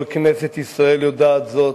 כל כנסת ישראל יודעת זאת,